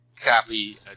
copy